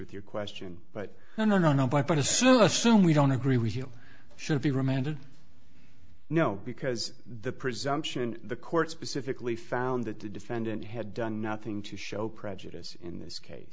with your question but no no no no but assume assume we don't agree with you should be remanded no because the presumption the court specifically found that the defendant had done nothing to show prejudice in this case